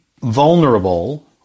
vulnerable